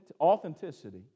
authenticity